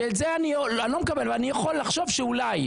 שאת זה אני לא מקבל אבל אני יכול לחשוב שאולי.